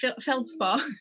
feldspar